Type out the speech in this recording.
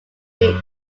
feats